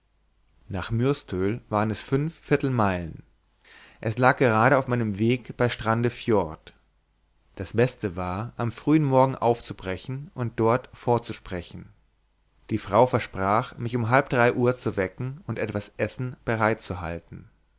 nach myrstöl waren es fünf viertelmeilen es lag gerade auf meinem weg bei strandefjord das beste war am frühen morgen aufzubrechen und dort vorzusprechen die frau versprach mich um halb drei uhr zu wecken und etwas essen bereitzuhalten